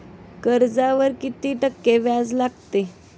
कर्जावर किती टक्के व्याज लागते?